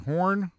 Horn